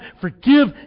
forgive